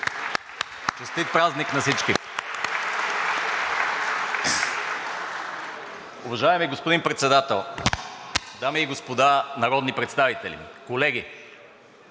Честит празник на всички! Уважаеми господин Председател, дами и господа народни представители, колеги!